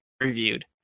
reviewed